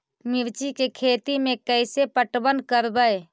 मिर्ची के खेति में कैसे पटवन करवय?